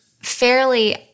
fairly